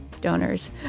donors